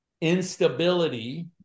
instability